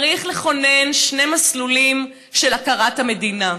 צריך לכונן שני מסלולים של הכרת המדינה: